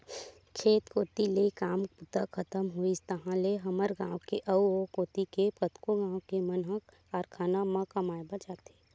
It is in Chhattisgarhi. खेत कोती ले काम बूता खतम होइस ताहले हमर गाँव के अउ ओ कोती के कतको गाँव के मन ह कारखाना म कमाए बर जाथे